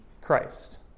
Christ